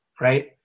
right